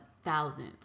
thousands